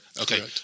Okay